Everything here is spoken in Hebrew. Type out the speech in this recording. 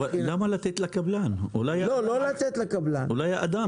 מאזן גנאים